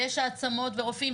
ויש העצמות ורופאים.